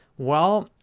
well,